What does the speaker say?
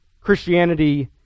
Christianity